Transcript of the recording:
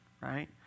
right